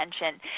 attention